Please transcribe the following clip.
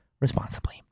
responsibly